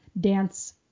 dance